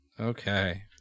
Okay